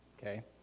okay